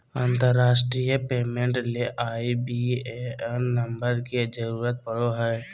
अंतरराष्ट्रीय पेमेंट ले IBAN number के जरूरत पड़ो हय